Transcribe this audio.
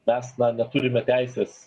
mes neturime teisės